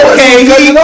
Okay